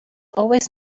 always